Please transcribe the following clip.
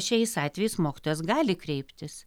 šiais atvejais mokytojas gali kreiptis